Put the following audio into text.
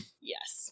Yes